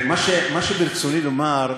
מה שברצוני לומר,